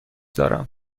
دارم